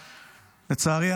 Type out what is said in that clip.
לצערי,